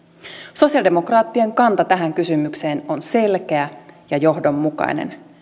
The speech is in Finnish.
sosialidemokraattien kanta tähän kysymykseen on selkeä ja johdonmukainen